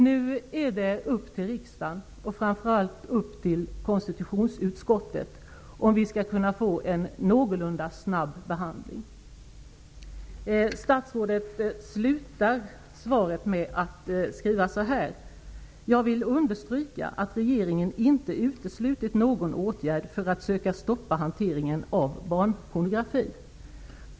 Nu är det upp till riksdagen, och framför allt konstitutionsutskottet, om vi skall kunna få en någorlunda snabb behandling av den här saken. Statsrådet avslutar svaret med följande: ''Jag vill understryka att regeringen inte uteslutit någon åtgärd för att söka stoppa hanteringen av barnpornografi.''